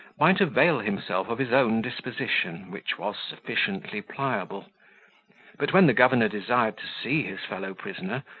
might avail himself of his own disposition, which was sufficiently pliable but when the governor desired to see his fellow-prisoner,